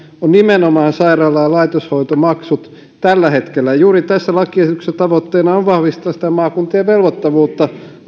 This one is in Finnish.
on nimenomaan sairaala ja laitoshoitomaksut tällä hetkellä juuri tässä lakiesityksessä tavoitteena on vahvistaa sitä maakuntien velvoittavuutta